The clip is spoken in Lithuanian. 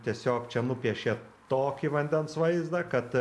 tiesiog čia nupiešė tokį vandens vaizdą kad